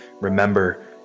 Remember